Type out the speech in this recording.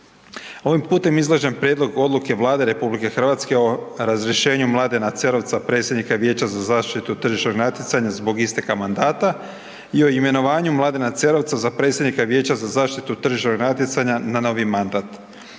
Ovim putem izlažem prijedlog odluke Vlade o razrješenju Mladena Cerovca predsjednika Vijeća za zaštitu tržišnog natjecanja zbog isteka mandata i o imenovanju Mladena Cerovca za predsjednika Vijeća za zaštitu tržišnog natjecanja na novi mandat.